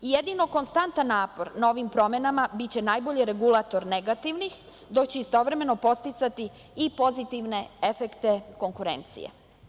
Jedino konstantan napor na ovim promenama biće najbolje regulator negativnih, dok će istovremeno podsticati i pozitivne efekte konkurencije.